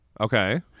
Okay